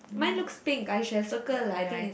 mine looks pink I should have circle lah I think it's